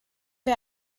wir